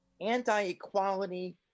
anti-equality